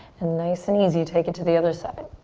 and nice and easy, take it to the other side.